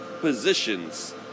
positions